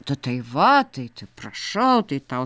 ta tai va tai tai prašau tai tau